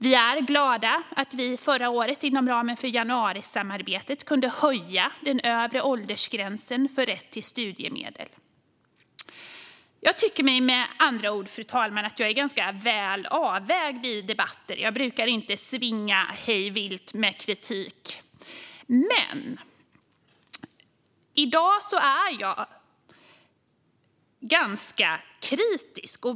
Vi är glada att vi förra året, inom ramen för januarisamarbetet, kunde höja den övre åldersgränsen för rätt till studiemedel. Jag tycker, med andra ord, fru talman, att jag är ganska väl avvägd i debatter. Jag brukar inte svinga kritik hej vilt, men i dag är jag ganska kritisk.